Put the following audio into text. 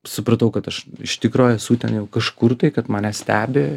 supratau kad aš iš tikro esu ten kažkur tai kad mane stebi